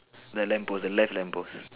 the lamp post the left lamppost